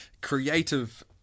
creative